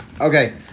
Okay